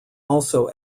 also